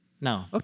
No